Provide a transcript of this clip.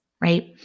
right